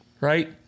right